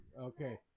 Okay